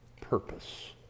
purpose